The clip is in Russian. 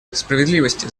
справедливости